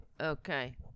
Okay